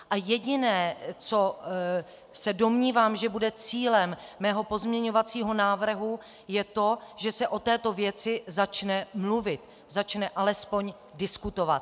A jediné, co se domnívám, že bude cílem mého pozměňovacího návrhu, je to, že se o této věci začne mluvit, začne alespoň diskutovat.